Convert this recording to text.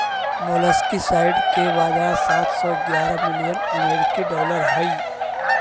molluscicide के बाजार सात सौ ग्यारह मिलियन अमेरिकी डॉलर हई